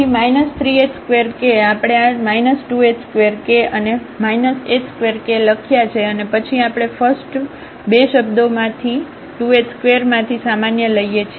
તેથી 3 h2k આપણે આ 2h2k અને h2k લખ્યા છે અને પછી આપણે ફસ્ટ2 શબ્દો2h2માંથી સામાન્ય લઈએ છીએ